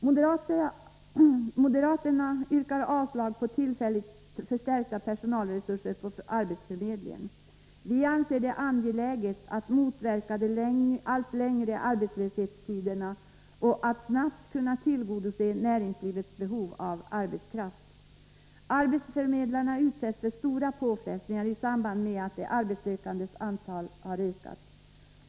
Moderaterna yrkar avslag på förslaget om tillfälligt förstärkta personalresurser på arbetsförmedlingen. Vi anser det angeläget att motverka de allt längre arbetslöshetstiderna och att snabbt tillgodose näringslivets behov av arbetskraft. Arbetsförmedlarna utsätts för stora påfrestningar i samband med att de arbetssökandes antal ökar.